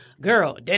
girl